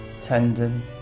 tendon